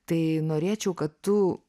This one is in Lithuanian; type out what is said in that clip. tai norėčiau kad tu